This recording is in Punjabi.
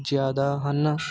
ਜ਼ਿਆਦਾ ਹਨ